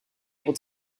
able